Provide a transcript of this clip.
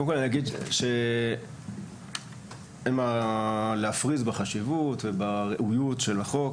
קודם כל אני אגיד שאין מה להפריז בחשיבות ובראויות של החוק,